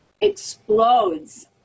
explodes